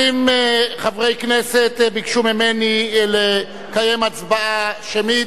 20 חברי כנסת ביקשו ממני לקיים הצבעה שמית,